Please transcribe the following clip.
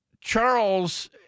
Charles –